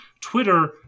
twitter